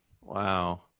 Wow